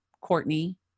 Courtney